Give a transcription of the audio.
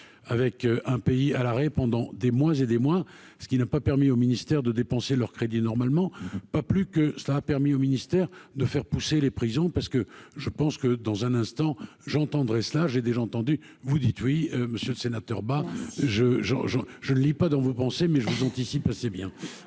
avec un pays à l'arrêt pendant des moins et des mois, ce qui n'a pas permis au ministère de dépenser leur crédit normalement pas plus que cela a permis au ministère de faire pousser les prisons parce que je pense que, dans un instant, j'entends dresse là, j'ai déjà entendu, vous dites oui, monsieur le sénateur, bah je je je je ne lis pas dans vos pensées mais je vous anticipe c'est bien